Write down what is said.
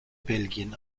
belgien